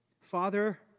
Father